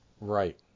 right